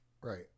Right